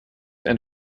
and